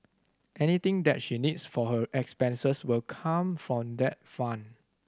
anything that she needs for her expenses will come from that fund